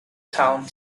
town